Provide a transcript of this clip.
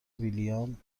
ویلیام